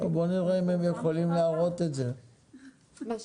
אני רק אבהיר לפרוטוקול שגבייה של